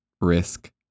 Risk